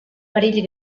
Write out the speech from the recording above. perill